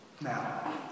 Now